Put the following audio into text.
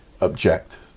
object